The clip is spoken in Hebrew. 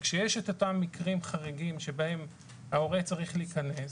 כשיש את אותם מקרים חריגים בהם ההורה צריך להיכנס,